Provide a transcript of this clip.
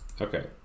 okay